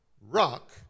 rock